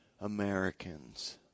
Americans